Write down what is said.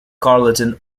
charlton